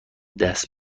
دست